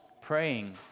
Praying